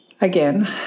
again